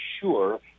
sure